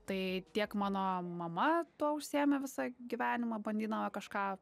tai tiek mano mama tuo užsiėmė visą gyvenimą bandydama kažką